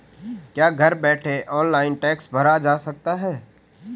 क्या घर बैठे ऑनलाइन टैक्स भरा जा सकता है?